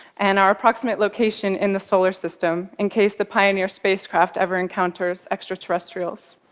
and our approximate location in the solar system, in case the pioneer spacecraft ever encounters extraterrestrials.